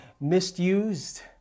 misused